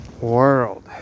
world